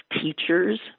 teachers